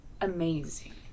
amazing